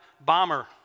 bomber